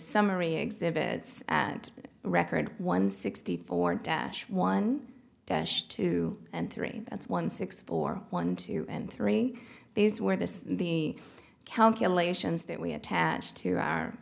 summary exhibits record one sixty four dash one dash two and three that's one six four one two and three these were this the calculations that we attached to our